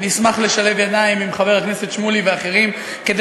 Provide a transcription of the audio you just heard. אשמח לשלב ידיים עם חבר הכנסת שמולי ואחרים כדי